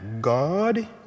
God